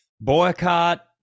boycott